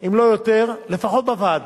אם לא יותר, לפחות בוועדה,